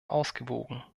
ausgewogen